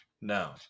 No